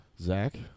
Zach